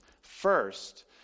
First